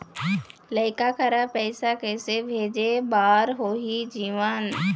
लइका करा पैसा किसे भेजे बार होही जीवन